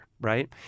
Right